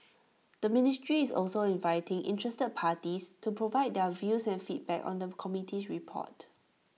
the ministry is also inviting interested parties to provide their views and feedback on the committee's report